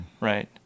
right